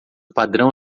padrão